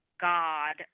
god